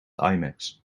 imax